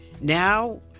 Now